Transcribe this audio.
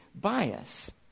bias